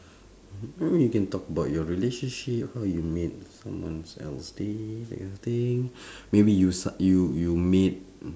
you can talk about your relationship how you made someone's else day that kind of thing maybe you s~ you you made mm